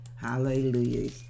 Hallelujah